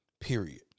Period